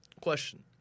Question